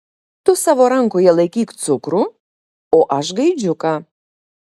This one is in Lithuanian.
tu savo rankoje laikyk cukrų o aš gaidžiuką